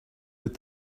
with